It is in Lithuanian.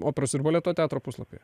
operos ir baleto teatro puslapyje